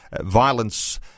violence